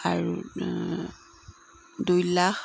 R দুই লাখ